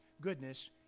goodness